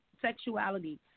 sexuality